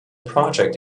project